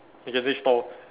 we can see stall